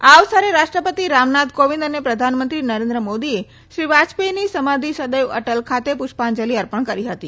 આ અવસરે રાષ્ટ્રપતિ રામનાથ કોવિંદ અને પ્રધાનમંત્રી નરેન્દ્ર મોદીએ શ્રી વાજપેથીની સમાધી સદૈય અટલ ખાતે પુષ્પાંજલી અર્પણ કરી હતી